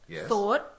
Thought